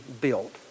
built